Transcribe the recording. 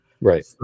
Right